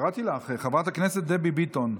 קראתי לך, חברת הכנסת דבי ביטון,